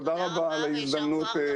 תודה רבה על ההזדמנות.